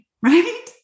right